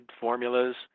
formulas